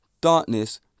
darkness